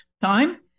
time